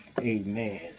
Amen